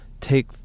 take